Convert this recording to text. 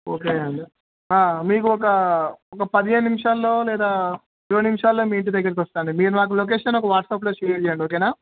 okay అండి మీకు ఒక ఒక పదిహేను నిమిషాల్లో లేదా రెండు నిమిషాల్లో మీ ఇంటి దగ్గరికి వస్తాండి మీరు నాకు లొకేషన్ ఒక వాట్సాప్లో షేర్ చేయండి ఓకేనా